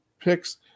picks